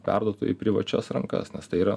perduotų į privačias rankas nes tai yra